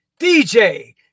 DJ